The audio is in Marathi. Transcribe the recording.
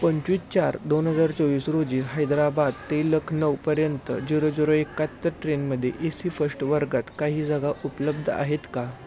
पंचवीस चार दोन हजार चोवीस रोजी हैदराबाद ते लखनऊपर्यंत झिरो झिरो एकाहत्तर ट्रेनमध्ये ए सी फस्ट वर्गात काही जागा उपलब्ध आहेत का